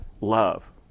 love